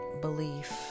belief